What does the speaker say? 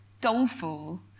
doleful